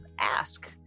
ask